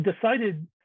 decided